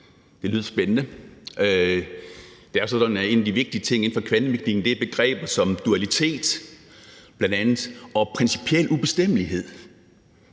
det lyder spændende. Det er jo sådan, at en af de vigtige ting inden for kvantemekanikken er begreber som bl.a. dualitet og principiel ubestemmelighed